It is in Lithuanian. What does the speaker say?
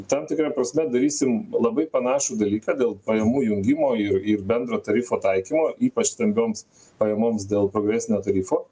tam tikra prasme darysim labai panašų dalyką dėl pajamų jungimo ir ir bendro tarifo taikymo ypač stambioms pajamoms dėl progresinio tarifo